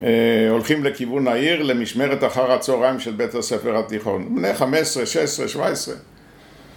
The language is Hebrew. הולכים לכיוון העיר, למשמרת אחר הצהריים של בית הספר התיכון. בני 15, 16, 17.